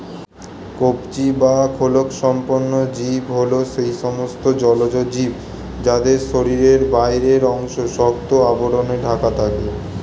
কবচী বা খোলকসম্পন্ন জীব হল সেই সমস্ত জলজ জীব যাদের শরীরের বাইরের অংশ শক্ত আবরণে ঢাকা থাকে